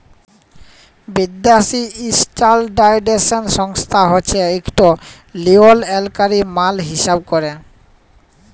বিদ্যাসি ইস্ট্যাল্ডার্ডাইজেশল সংস্থা হছে ইকট লিয়লত্রলকারি মাল হিঁসাব ক্যরে